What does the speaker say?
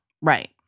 Right